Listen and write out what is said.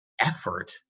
effort